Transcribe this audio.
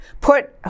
put